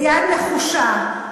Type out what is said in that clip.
ביד נחושה.